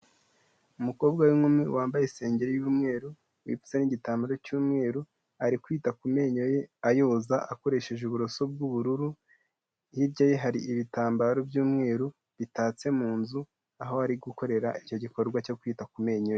Umukobwa w'inkumi wambaye isengeri y'umweru wipfutse n'igitambaro cy'umweru, ari kwita ku menyo ye ayoza akoresheje uburoso bw'ubururu, hirya ye hari ibitambaro by'umweru bitatse mu nzu, aho ari gukorera icyo gikorwa cyo kwita ku menyo ye.